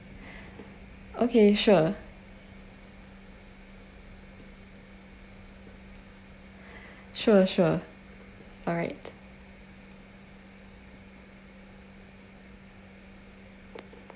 okay sure sure sure alright